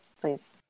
please